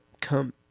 come